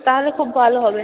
তাহলে খুব ভালো হবে